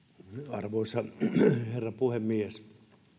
arvoisa herra puhemies